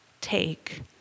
Take